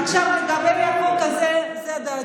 עכשיו, לגבי החוק הזה, זו דעתי,